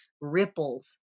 ripples